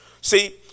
See